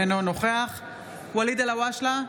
אינו נוכח ואליד אלהואשלה,